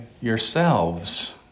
yourselves